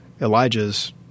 Elijah's